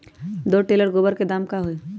दो टेलर गोबर के दाम का होई?